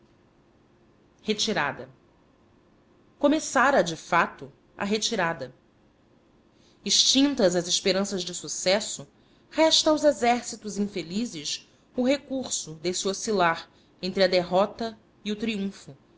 prodígio retirada começara de fato a retirada extintas as esperanças de sucesso resta aos exércitos infelizes o recurso desse oscilar entre a derrota e o triunfo